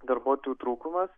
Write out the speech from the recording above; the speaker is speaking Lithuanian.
darbuotojų trūkumas